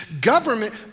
Government